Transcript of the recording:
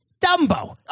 Dumbo